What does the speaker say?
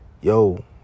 Yo